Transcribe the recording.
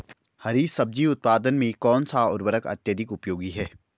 हरी सब्जी उत्पादन में कौन सा उर्वरक अत्यधिक उपयोगी है?